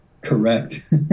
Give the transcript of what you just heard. correct